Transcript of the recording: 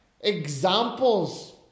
examples